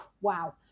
Wow